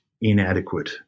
inadequate